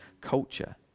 culture